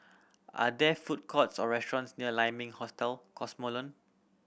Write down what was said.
are there food courts or restaurants near Lai Ming Hostel Cosmoland